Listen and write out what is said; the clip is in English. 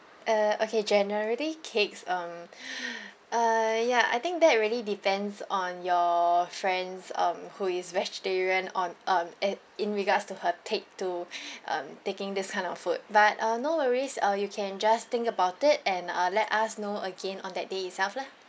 uh okay generally cakes um uh ya I think that really depends on your friends um who is vegetarian on um and in regards to her take to um taking this kind of food but uh no worries uh you can just think about it and uh let us know again on that day itself lah